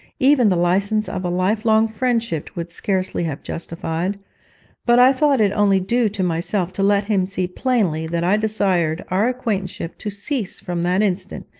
even the licence of a life-long friendship would scarcely have justified but i thought it only due to myself to let him see plainly that i desired our acquaintanceship to cease from that instant,